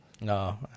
No